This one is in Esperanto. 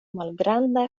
malgranda